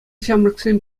ҫамрӑксен